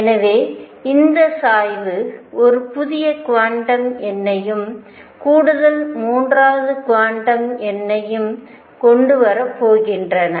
எனவே இந்த சாய்வு ஒரு புதிய குவாண்டம் எண்ணையும் கூடுதல் மூன்றாவது குவாண்டம் எண்ணையும் கொண்டு வரப்போகின்றன